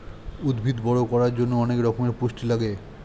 উদ্ভিদ বড় করার জন্যে অনেক রকমের পুষ্টি লাগে